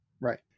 Right